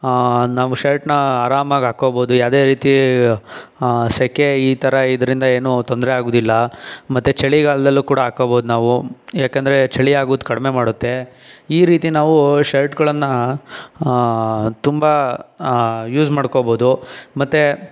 ನಾವು ಶರ್ಟ್ನ ಆರಾಮಾಗಿ ಹಾಕೋಬೋದು ಯಾವುದೇ ರೀತಿ ಸೆಕೆ ಈ ಥರ ಇದರಿಂದ ಏನೂ ತೊಂದರೆ ಆಗುವುದಿಲ್ಲ ಮತ್ತೆ ಚಳಿಗಾಲದಲ್ಲೂ ಕೂಡ ಹಾಕೋಬೋದು ನಾವು ಯಾಕೆಂದರೆ ಚಳಿ ಆಗೋದು ಕಡಿಮೆ ಮಾಡುತ್ತೆ ಈ ರೀತಿ ನಾವು ಶರ್ಟ್ಗಳನ್ನು ತುಂಬ ಯೂಸ್ ಮಾಡ್ಕೋಬೋದು ಮತ್ತೆ